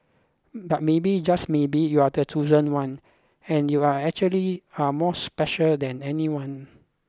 but maybe just maybe you're the chosen one and you are actually are more special than anyone